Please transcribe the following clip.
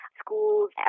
schools